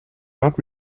not